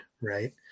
right